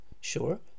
sure